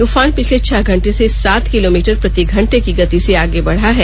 तुफान पिछले छह घंटे से सात किलोमीटर प्रतिघंटे की गति से आगे बढ़ा है